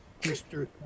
Mr